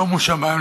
שומו שמים,